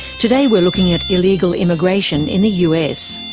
today we're looking at illegal immigration in the us.